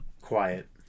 quiet